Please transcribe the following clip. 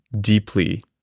deeply